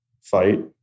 fight